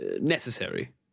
necessary